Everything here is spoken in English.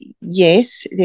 Yes